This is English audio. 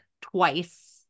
twice